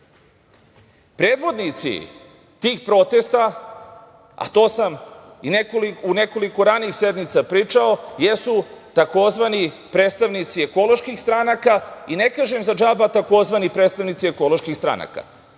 nedelje. Predvodnici tih protesta, a to sam i u nekoliko ranijih sednica pričao, jesu takozvani predstavnici ekoloških stranaka, i ne kažem za džaba takozvani predstavnici ekoloških stranaka,